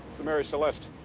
the mary celeste.